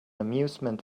amusement